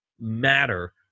matter